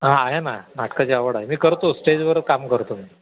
हां आहे ना नाटकाची आवड आहे मी करतो स्टेजवर काम करतो मी